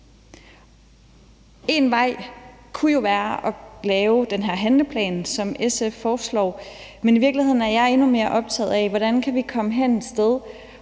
Én vej kunne jo være at lave den her handleplan, som SF foreslår. Men i virkeligheden er jeg endnu mere optaget af, hvordan vi kan komme hen et sted,